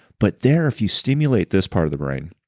but, there, if you stimulate this part of the brain,